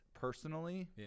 personally